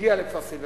הגיע לכפר-סילבר.